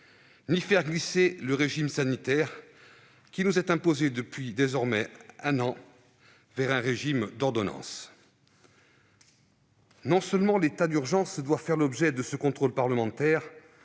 ni faire glisser le régime sanitaire qui nous est imposé depuis désormais un an vers un régime d'ordonnances. Non seulement l'état d'urgence doit faire l'objet de ce contrôle parlementaire,